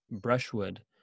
brushwood